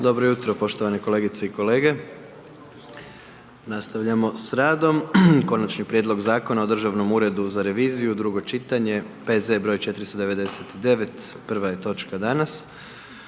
Dobro jutro poštovane kolegice i kolege. Nastavljamo sa radom: - Konačni prijedlog Zakona o Državnom uredu za reviziju, drugo čitanja, P.Z. br. 499 Prva je točka danas.